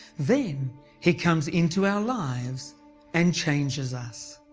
then he comes into our lives and changes us.